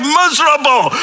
miserable